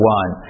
one